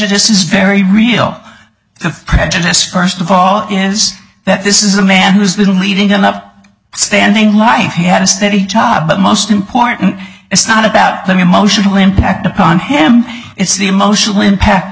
is very real the prejudice first of all is that this is a man who's been leading up standing life he had a steady job but most important it's not about the emotional impact upon him it's the emotional impact